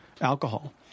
alcohol